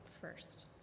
first